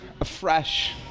afresh